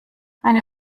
eine